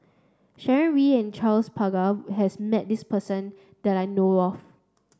Sharon Wee and Charles Paglar has met this person that I know of